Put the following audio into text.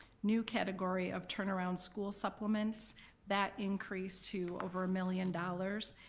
new category of turn around school supplements that increased to over a million dollars,